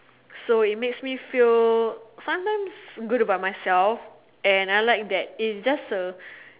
so it makes me feel sometimes good about myself and I like that it's just a